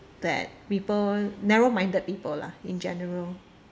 that people narrow minded people lah in general